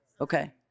Okay